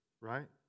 Right